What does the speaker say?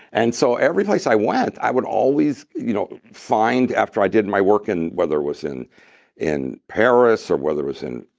and so every place i went, i would always you know find after i did my work in whether it was in in paris, or whether it was in